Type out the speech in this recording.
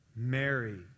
Mary